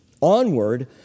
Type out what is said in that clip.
onward